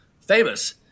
famous